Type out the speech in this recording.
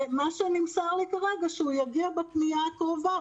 נמסר לי כרגע שהוא יגיע בפנייה הקרובה,